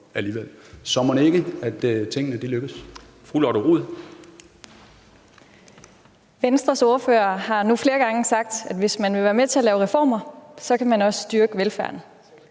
Så mon ikke, at tingene lykkes!